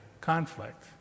conflict